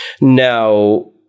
now